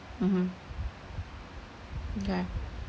mmhmm okay